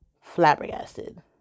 Flabbergasted